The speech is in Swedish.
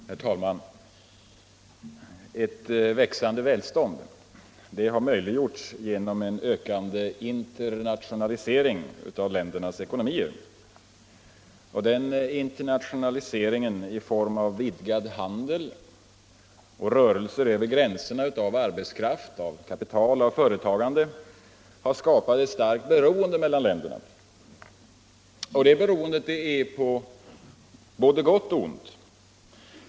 Herr talman! Ett växande välstånd har möjliggjorts genom en ökande internationalisering av ländernas ekonomier. Denna internationalisering i form av vidgad handel och rörelser över gränserna av arbetskraft, kapital och företagande har skapat ett starkt beroende mellan länderna. Detta beroende är på både gott och ont.